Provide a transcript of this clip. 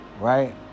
Right